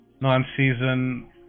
non-season